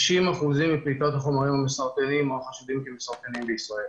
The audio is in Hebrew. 60% מפליטת החומרים המסרטנים או החשודים כמסרטנים בישראל.